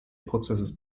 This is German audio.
prozesses